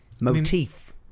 motif